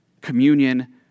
communion